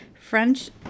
French